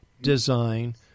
design